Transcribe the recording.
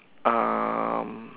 um